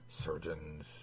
surgeons